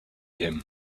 him